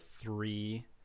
three